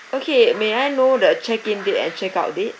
okay may I know the check in date and check out date